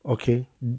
okay